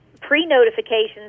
pre-notifications